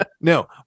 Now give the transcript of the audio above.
No